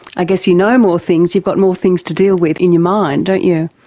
i guess you know more things you've got more things to deal with in your mind, don't you?